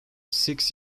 six